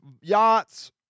yachts